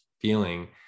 feeling